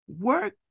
work